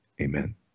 Amen